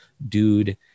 dude